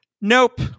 Nope